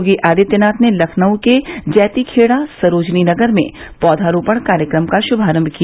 योगी आदित्यनाथ ने लखनऊ के जैतीखेड़ा सरोजनीनगर में पौधा रोपण कार्यक्रम का शुभारम्भ किया